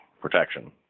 protection